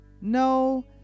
No